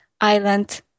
island